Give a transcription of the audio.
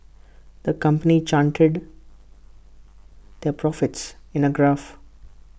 the company charted their profits in A graph